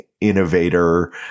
innovator